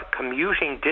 commuting